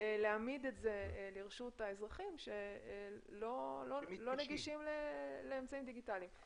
להעמיד את זה לרשות האזרחים שלא נגישים לאמצעים דיגיטליים.